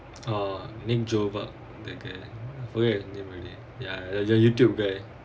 uh named jova that guy forget the name already can forget my ya ya the YouTube guy